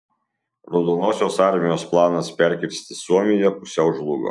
raudonosios armijos planas perkirsti suomiją pusiau žlugo